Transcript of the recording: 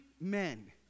men